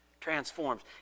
transforms